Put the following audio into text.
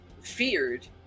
feared